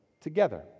together